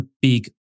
big